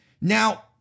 Now